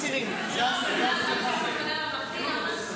גם את המחנה הממלכתי?